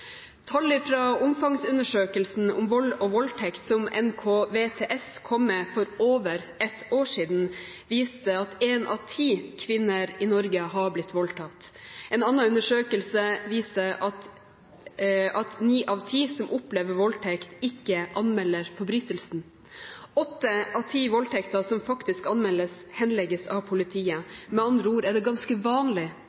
Tall fra omfangsundersøkelsen om vold og voldtekt som NKVTS kom med for over ett år siden, viste at én av ti kvinner i Norge har blitt voldtatt. En annen undersøkelse viser at ni av ti som opplever voldtekt, ikke anmelder forbrytelsen. Åtte av ti voldtekter som faktisk anmeldes, henlegges av politiet. Med andre ord er det ganske vanlig å bli utsatt for voldtekt, og det er også ganske vanlig